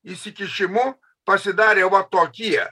įsikišimu pasidarė va tokie